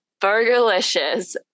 Burgerlicious